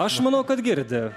aš manau kad girdi